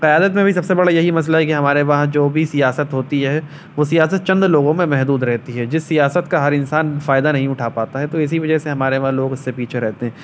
قیادت میں بھی سب سے بڑا یہی مسئلہ ہے کہ ہمارے وہاں جو بھی سیاست ہوتی ہے وہ سیاست چند لوگوں میں محدود رہتی ہے جس سیاست کا ہر انسان فائدہ نہیں اٹھا پاتا ہے تو اسی وجہ سے ہمارے وہاں لوگ اس سے پیچھے رہتے ہیں